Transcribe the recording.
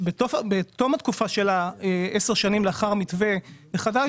בתום התקופה של 10 השנים לאחר המתווה החדש,